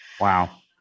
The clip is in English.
Wow